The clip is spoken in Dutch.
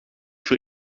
voor